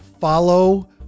Follow